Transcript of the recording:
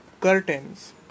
Curtains